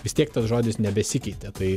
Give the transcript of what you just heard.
vis tiek tas žodis nebesikeitė tai